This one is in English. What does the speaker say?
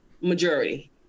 majority